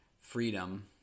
freedom